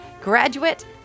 graduate